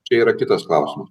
čia yra kitas klausimas